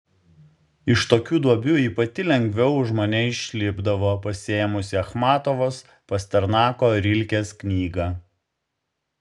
iš tokių duobių ji pati lengviau už mane išlipdavo pasiėmusi achmatovos pasternako rilkės knygą